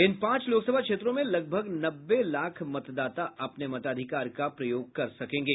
इन पांच लोकसभा क्षेत्रों में लगभग नब्बे लाख मतदाता अपने मताधिकार का प्रयोग करेंगे